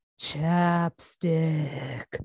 chapstick